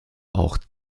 auch